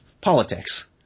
politics